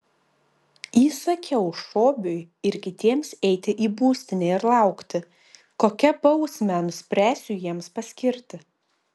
įsakiau šobiui ir kitiems eiti į būstinę ir laukti kokią bausmę nuspręsiu jiems paskirti